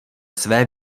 své